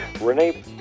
Renee